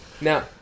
Now